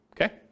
Okay